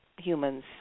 Humans